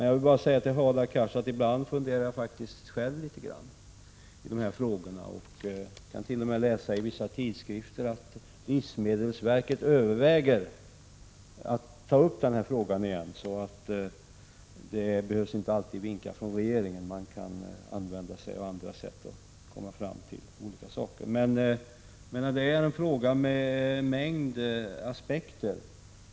Jag vill bara säga: Ibland funderar jag faktiskt litet grand själv i de här frågorna, och jag kan t.o.m. läsa i vissa tidskrifter att livsmedelsverket överväger att ta upp frågan igen. Det behövs alltså inte alltid vinkar från regeringen. Man kan använda sig av andra sätt för att komma fram till vissa fakta. Detta är en fråga med en mängd aspekter.